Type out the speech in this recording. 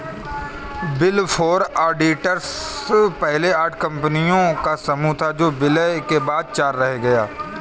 big four auditors पहले आठ कंपनियों का समूह था जो विलय के बाद चार रह गया